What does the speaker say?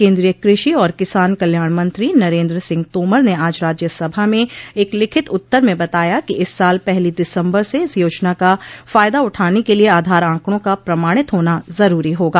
केन्द्रीय कृषि और किसान कल्याण मंत्री नरेन्द्र सिंह तोमर ने आज राज्यसभा में एक लिखित उत्तर में बताया कि इस साल पहली दिसम्बर से इस योजना का फायदा उठाने के लिये आधार आंकड़ों का प्रमाणित होना जरूरी होगा